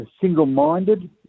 single-minded